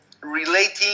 relating